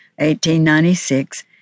1896